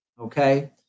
okay